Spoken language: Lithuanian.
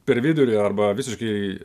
per vidurį arba visiškai